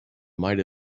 might